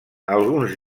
alguns